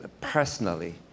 personally